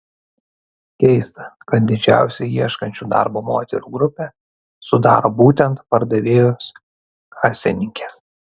keista kad didžiausią ieškančių darbo moterų grupę sudaro būtent pardavėjos kasininkės